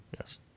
Yes